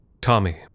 Tommy